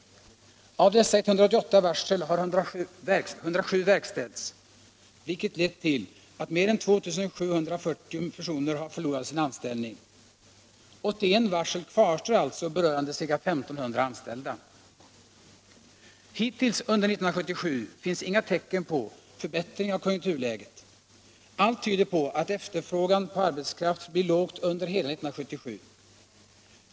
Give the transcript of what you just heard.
Av dessa 188 varsel har 107 verkställts, vilket lett till att 2 740 har förlorat sina anställningar. Det kvarstår således 81 varsel, berörande 1 500 anställda. Hitintills under 1977 finns inga säkra tecken på förbättring av konjunkturläget. Allt tyder på att efterfrågan på arbetskraft förblir låg under hela 1977.